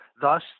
Thus